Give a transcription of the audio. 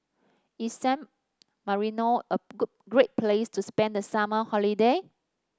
is San Marino a good great place to spend the summer holiday